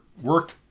work